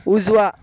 उजवा